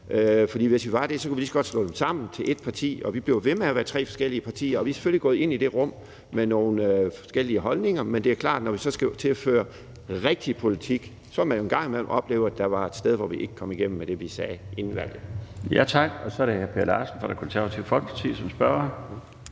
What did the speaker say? for hvis vi var det, kunne vi lige så godt slå dem sammen til ét parti. Vi bliver ved med at være tre forskellige partier, og vi er selvfølgelig gået ind i det rum med nogle forskellige holdninger, men det er klart, at når vi så skal til at føre rigtig politik, så vil man en gang imellem opleve, at der var et sted, hvor vi ikke kom igennem med det, vi sagde inden valget. Kl. 14:07 Den fg. formand (Bjarne Laustsen): Tak. Så er det hr. Per Larsen fra Det Konservative Folkeparti som spørger.